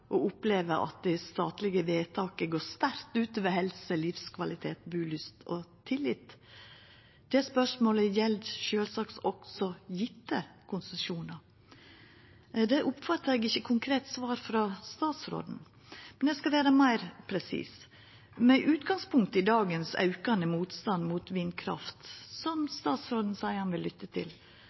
og opplever at dei statlege vedtaka går sterkt ut over helse, livskvalitet, bulyst og tillit. Det spørsmålet gjeld sjølvsagt også gjevne konsesjonar. Der oppfatta eg ikkje eit konkret svar frå statsråden. Eg skal vera meir presis: Med utgangspunkt i den aukande motstanden mot vindkraft i dag, som statsråden seier han vil lytta til,